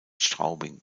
straubing